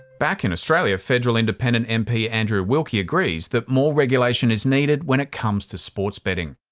back in australia, federal independent mp andrew wilkie agrees that more regulation is needed when it comes to sports betting.